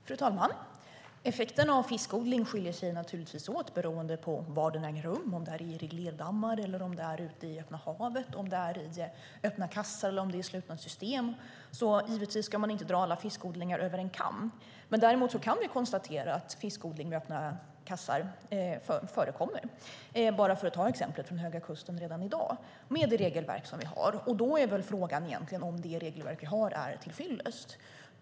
Fru talman! Effekterna av fiskodling skiljer sig naturligtvis åt beroende på vad odlingen äger rum, om den är i reglerdammar, ute i öppna havet, i öppna kassar eller i slutna system. Givetvis ska man inte dra alla fiskodlingar över en kam. Däremot kan vi konstatera att fiskodling i öppna kassar förekommer redan i dag vid Höga kusten, för att ta det exemplet, med det regelverk som vi har. Då är frågan egentligen om det regelverk vi har är till fyllest.